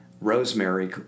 Rosemary